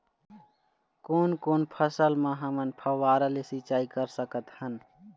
कोन कोन फसल म हमन फव्वारा ले सिचाई कर सकत हन?